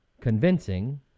convincing